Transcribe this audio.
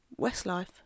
Westlife